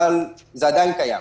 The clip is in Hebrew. אבל זה עדיין קיים.